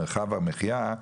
מרחב המחייה,